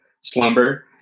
slumber